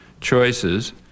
choices